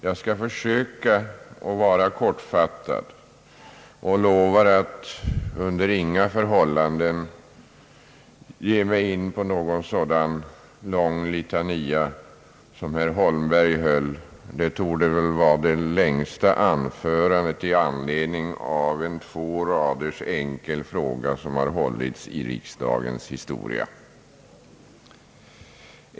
Jag skall söka fatta mig kort och 1ovar att under inga förhållanden ge mig in på någon sådan lång litania som herr Holmberg höll — hans anförande tor de vara det längsta som hållits i riksdagens historia på grundval av en två raders enkel fråga.